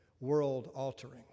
world-altering